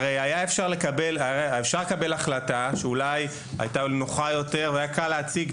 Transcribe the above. הרי היה אפשר לקבל החלטה שאולי הייתה נוחה יותר והיה קל להציג,